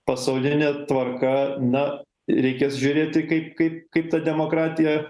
pasaulinė tvarka na reikės žiūrėti kaip kaip kaip ta demokratija